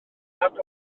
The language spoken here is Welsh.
nad